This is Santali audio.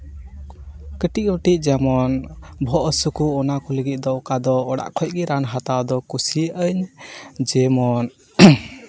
ᱠᱟᱹᱴᱤᱡᱼᱢᱟᱴᱤᱡ ᱡᱮᱢᱚᱱ ᱵᱚᱦᱚᱜ ᱦᱟᱹᱥᱩ ᱠᱚ ᱚᱱᱟ ᱠᱚ ᱞᱟᱹᱜᱤᱫ ᱚᱠᱟ ᱫᱚ ᱚᱲᱟᱜ ᱠᱷᱚᱱ ᱜᱮ ᱨᱟᱱ ᱦᱟᱛᱟᱣ ᱫᱚ ᱠᱩᱥᱤᱭᱟᱹᱜᱼᱟᱹᱧ ᱡᱮᱢᱚᱱ